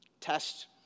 Test